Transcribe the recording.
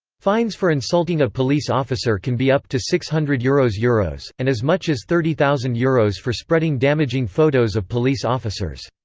fines for insulting a police officer can be up to six hundred euros euros, and as much as thirty thousand euros for spreading damaging photos of police officers.